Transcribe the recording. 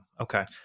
Okay